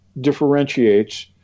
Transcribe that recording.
differentiates